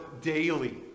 daily